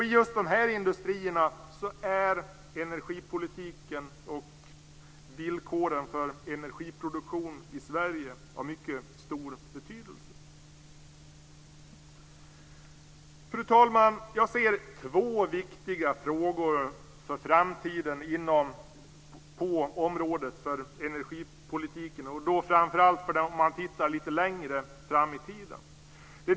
I just de här industrierna är energipolitiken och villkoren för energiproduktion i Sverige av mycket stor betydelse. Fru talman! Jag ser två viktiga frågor för framtiden på energipolitikens område, och det gäller framför allt om man tittar lite längre fram i tiden.